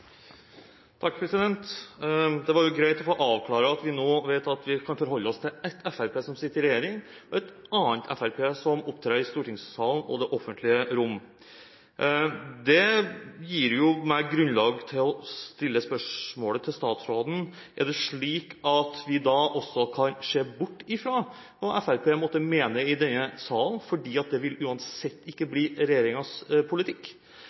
Det var greit å få avklart at vi nå vet at vi kan forholde oss til ett Fremskrittsparti som sitter i regjering, og et annet Fremskrittsparti som opptrer i stortingssalen og det offentlige rom. Det gir meg grunnlag for å stille dette spørsmålet til statsråden: Er det slik at vi da også kan se bort fra hva Fremskrittspartiet måtte mene i denne salen, fordi det uansett ikke vil bli regjeringens politikk?